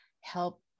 help